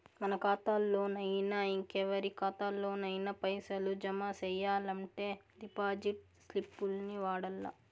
మన కాతాల్లోనయినా, ఇంకెవరి కాతాల్లోనయినా పైసలు జమ సెయ్యాలంటే డిపాజిట్ స్లిప్పుల్ని వాడల్ల